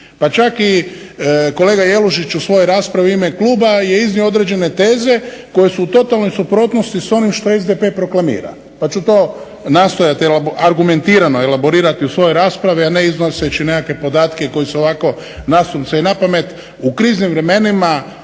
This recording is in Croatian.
pa čak i kolega Jelušić u svojoj raspravi u ime kluba je iznio određene teze koje su u totalnoj suprotnosti s onim što SDP proklamira, pa ću to nastojati argumentirano elaborirati u svojoj raspravi, a ne iznoseći nekakve podatke koji su ovako nasumce i napamet. U kriznim vremenima